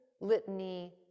litany